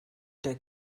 der